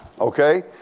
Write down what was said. Okay